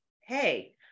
hey